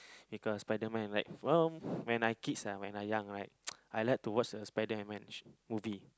because spiderman right um when I kids ah when I young right I like to watch the spiderman sh~ movie